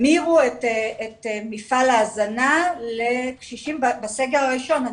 המירו את מפעל ההזנה לקשישים בסגר הראשון.